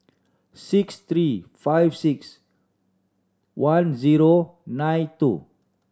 six three five six one zero nine two